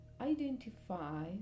Identify